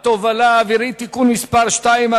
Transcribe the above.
התובלה האווירית (תיקון מס' 2),